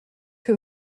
que